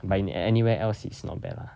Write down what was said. but in anywhere else it's not bad lah